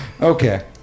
okay